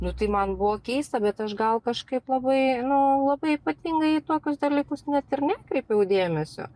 nu tai man buvo keista bet aš gal kažkaip labai nu labai ypatingai į tokius dalykus net ir nekreipiau dėmesio